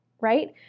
right